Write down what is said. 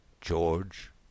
George